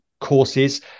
courses